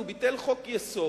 הוא ביטל חוק-יסוד